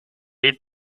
lit